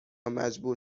مجبور